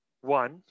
one